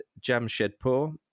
Jamshedpur